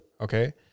okay